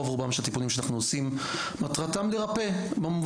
מטרתם של רוב רובם של הטיפולים שאנחנו עושים היא לרפא,